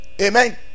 amen